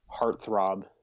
heartthrob